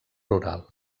rural